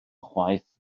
chwaith